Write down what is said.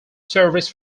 service